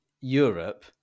Europe